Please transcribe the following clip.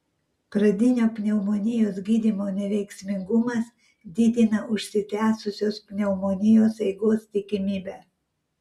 pradinio pneumonijos gydymo neveiksmingumas didina užsitęsusios pneumonijos eigos tikimybę